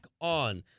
on